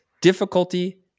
difficulty